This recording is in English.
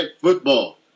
Football